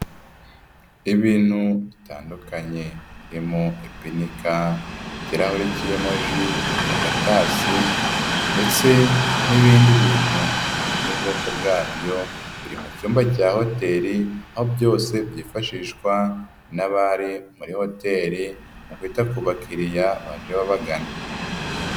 Ibintu bitandukanye birimo ibinika, ikirahure kirimo ji, agatasi, ndetse n'ibindi bintu ntamenya ubwoko bwabyo, biri mu cyumba cya hoteli aho byose byifashishwa n'abari muri hoteli mu kwita ku bakiriya baje baba bagana.